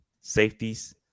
Safeties